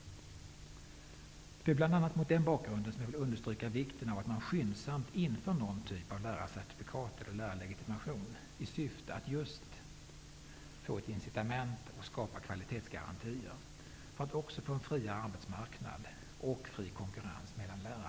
Det är bl.a. mot denna bakgrund som jag vill understryka vikten av att skyndsamt införa någon typ av lärarcertifikat eller lärarlegitimation, i syfte att just få ett incitament och skapa kvalitetsgarantier. Det blir på så sätt också en friare arbetsmarknad och fri konkurrens mellan lärare.